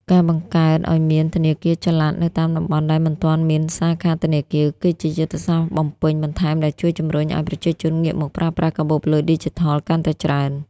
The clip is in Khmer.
ការបង្កើតឱ្យមាន ធនាគារចល័ត នៅតាមតំបន់ដែលមិនទាន់មានសាខាធនាគារ គឺជាយុទ្ធសាស្ត្របំពេញបន្ថែមដែលជួយជម្រុញឱ្យប្រជាជនងាកមកប្រើប្រាស់កាបូបលុយឌីជីថលកាន់តែច្រើន។